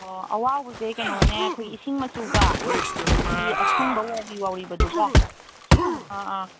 ꯑꯣ ꯑꯋꯥꯎꯕꯁꯦ ꯀꯩꯅꯣꯅꯦ ꯑꯩꯈꯣꯏꯒꯤ ꯏꯁꯤꯡ ꯃꯆꯨꯒ ꯑꯗꯒꯤꯗꯤ ꯑꯁꯪꯕ ꯋꯥꯎꯔꯤ ꯋꯥꯎꯔꯤꯕꯗꯨꯒ ꯑꯥ ꯑꯥ